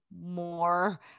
more